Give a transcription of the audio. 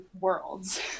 worlds